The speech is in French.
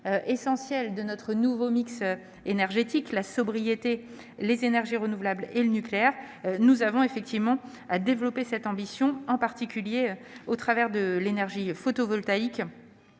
essentiels de notre nouveau mix énergétique : la sobriété, les énergies renouvelables et le nucléaire. Nous devons développer cette ambition, en particulier autour de l'énergie photovoltaïque,